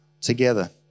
together